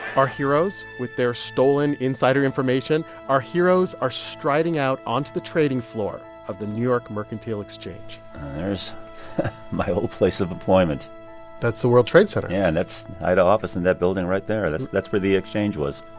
our heroes, with their stolen insider information, our heroes are striding out onto the trading floor of the new york mercantile exchange there is my old place of employment that's the world trade center yeah, and that's i had an office in that building right there. that's that's where the exchange was